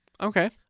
Okay